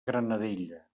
granadella